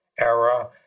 era